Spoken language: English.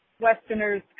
Westerners